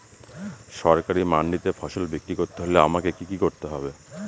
সরকারি মান্ডিতে ফসল বিক্রি করতে হলে আমাকে কি কি করতে হবে?